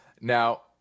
Now